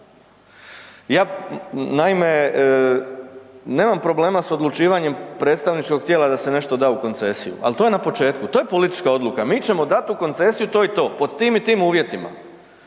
Ja naime nemam problema s odlučivanjem predstavničkog tijela da se nešto da u koncesiju, al to je na početku, to je politička odluka, mi ćemo dat u koncesiju to i to pod tim i tim uvjetima